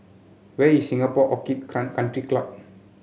where is Singapore Orchid Country Club